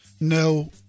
No